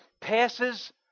passes